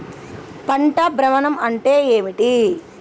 పంట భ్రమణం అంటే ఏంటి?